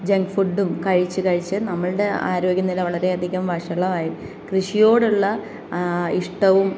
junk ഫുഡും കഴിച്ച് കഴിച്ച് നമ്മളുടെ ആരോഗ്യ നില വളരെയധികം വശളായി കൃഷിയോടുള്ള ഇഷ്ടവും